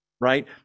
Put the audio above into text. right